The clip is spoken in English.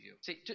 See